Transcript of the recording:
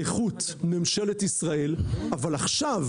באיכות ממשלת ישראל אבל עכשיו,